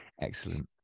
excellent